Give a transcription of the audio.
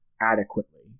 adequately